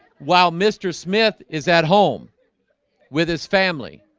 while mr. smith is at home with his family